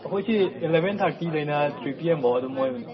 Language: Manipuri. ꯑꯩꯈꯣꯏꯁꯤ ꯑꯦꯂꯚꯦꯟ ꯊꯥꯔꯇꯤꯗꯒꯤꯅ ꯊ꯭ꯔꯤ ꯄꯤ ꯑꯦꯝꯐꯧ ꯑꯗꯨꯝ ꯑꯣꯏꯕꯅꯦ